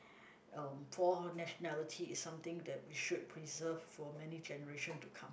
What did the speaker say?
uh four nationality is something that we should preserve for many generation to come